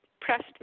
pressed